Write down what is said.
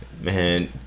Man